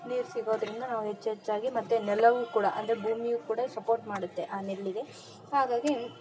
ನೀರು ಸಿಗೋದರಿಂದ ನಾವು ಹೆಚ್ಚೆಚ್ಚಾಗಿ ಮತ್ತು ನೆಲವೂ ಕೂಡ ಅಂದರೆ ಭೂಮಿಯೂ ಕೂಡ ಸಪೋರ್ಟ್ ಮಾಡುತ್ತೆ ಆ ನೆಲ್ಲಿಗೆ ಹಾಗಾಗಿ